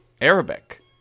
Arabic